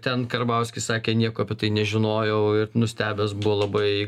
ten karbauskis sakė nieko apie tai nežinojau ir nustebęs buvo labai